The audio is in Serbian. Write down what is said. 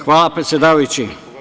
Hvala predsedavajući.